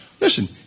Listen